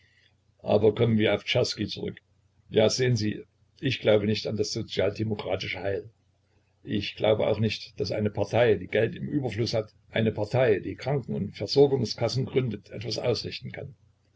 aber kommen wir auf czerski zurück ja sehen sie ich glaube nicht an das sozialdemokratische heil ich glaube auch nicht daß eine partei die geld im überfluß hat eine partei die kranken und versorgungskassen gründet etwas ausrichten kann